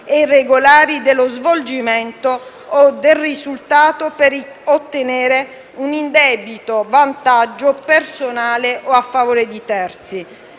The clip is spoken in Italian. e irregolari dello svolgimento o del risultato per ottenere un indebito vantaggio personale o a favore di terzi.